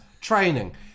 training